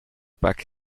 back